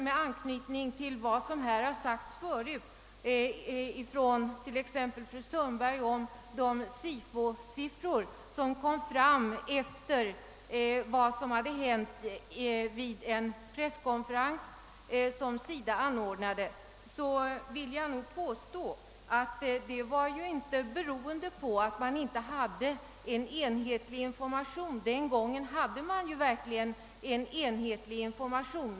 Med anknytning till vad som sagts av bl.a. fru Sundberg om de SIFO-siffror som kom fram efter vad som hänt vid en av SIDA anordnad presskonferens vill jag nog påstå, att dessa siffror inte hade sin orsak i att det saknades en enhetlig information. Den gången hade man verkligen en enhetlig information.